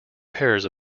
pairs